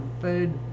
food